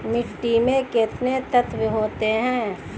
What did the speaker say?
मिट्टी में कितने तत्व होते हैं?